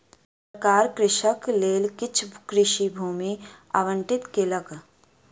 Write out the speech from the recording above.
सरकार कृषकक लेल किछ कृषि भूमि आवंटित केलक